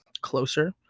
closer